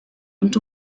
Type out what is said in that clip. und